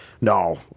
No